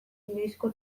inoizko